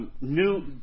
new